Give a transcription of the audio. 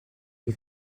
est